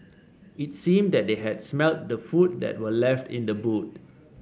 it seemed that they had smelt the food that were left in the boot